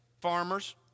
Farmers